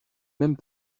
mêmes